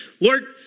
Lord